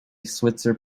switzer